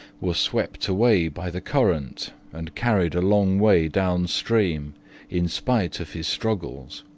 was swept away by the current and carried a long way downstream in spite of his struggles,